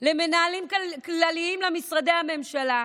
למנהלים כלליים למשרדי הממשלה,